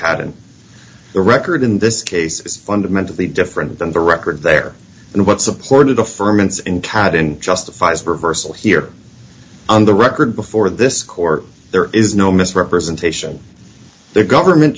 caton the record in this case is fundamentally different than the record there and what supported the firm and in cat and justifies reversal here on the record before this court there is no misrepresentation the government